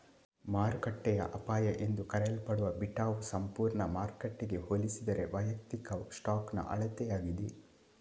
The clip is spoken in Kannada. ಮಾರುಕಟ್ಟೆಯ ಅಪಾಯ ಎಂದೂ ಕರೆಯಲ್ಪಡುವ ಬೀಟಾವು ಸಂಪೂರ್ಣ ಮಾರುಕಟ್ಟೆಗೆ ಹೋಲಿಸಿದರೆ ವೈಯಕ್ತಿಕ ಸ್ಟಾಕ್ನ ಅಳತೆಯಾಗಿದೆ